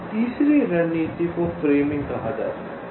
अब तीसरी रणनीति को फ्रेमिंग कहा जाता है